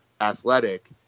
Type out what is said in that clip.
athletic